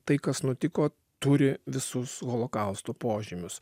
tai kas nutiko turi visus holokausto požymius